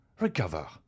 recover